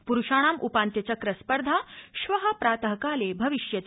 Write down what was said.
प्रूषाणां उपान्त्यचक्र स्पर्धा श्व प्रात काले भविष्यति